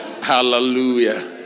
Hallelujah